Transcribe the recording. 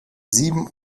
sieben